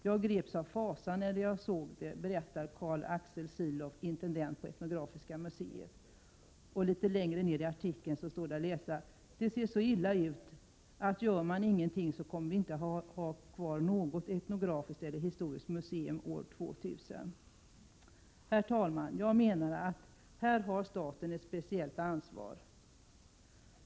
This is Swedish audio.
Jag greps av fasa när jag såg det.” Detta berättar Carl-Axel Silow, intendent på Etnografiska museet. Litet längre ner i artikeln står det att läsa: ”Det ser så illa ut att gör man ingenting så kommer vi inte att ha kvar något etnografiskt eller historiskt museum år 2000.” Herr talman! Här har staten ett speciellt ansvar.